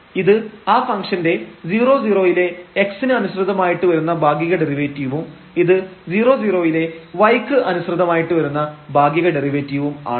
അപ്പോൾ ഇത് ആ ഫംഗ്ഷൻറെ 00 വിലെ x ന് അനുസൃതമായിട്ട് വരുന്ന ഭാഗിക ഡെറിവേറ്റീവും ഇത് 00 വിലെ y ക്ക് അനുസൃതമായിട്ട് വരുന്ന ഭാഗിക ഡെറിവേറ്റീവും ആണ്